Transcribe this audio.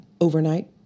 overnight